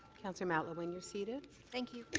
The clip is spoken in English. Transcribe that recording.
councillor matlow when you're seated. thank you.